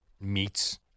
meats